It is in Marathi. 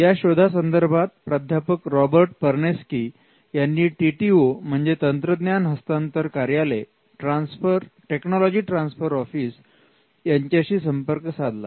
या शोधा संदर्भात प्राध्यापक रॉबर्ट परनेसकी यांनी टी टी ओ म्हणजे तंत्रज्ञान हस्तांतर कार्यालय यांच्याशी संपर्क साधला